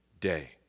day